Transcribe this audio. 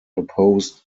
opposed